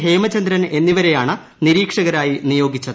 ഹേമചന്ദ്രൻ എന്നിവരെയാണ് നിരീക്ഷകരായി നിയോഗിച്ചത്